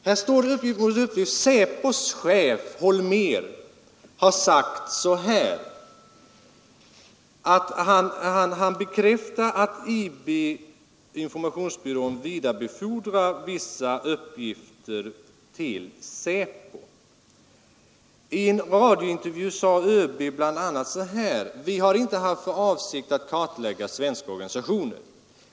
Här står uppgift mot uppgift. SÄPOSs chef Holmér har bekräftat att IB vidarebefordrar vissa uppgifter till SÄPO. I en radiointervju sade ÖB bl.a.: ”Vi har inte haft för avsikt att kartlägga svenska organisationer.